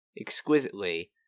exquisitely